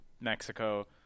Mexico